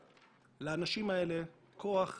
לקחת מידע שלולא שמו של אדם היה מועלה כמועמד לתפקיד,